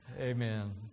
Amen